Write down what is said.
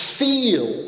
feel